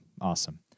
awesome